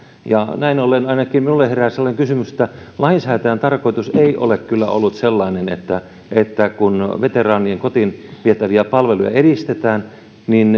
näin ollen ainakin minulle herää sellainen kysymys että lainsäätäjän tarkoitus ei ole kyllä ollut sellainen että että kun veteraanien kotiin vietäviä palveluja edistetään niin